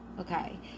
Okay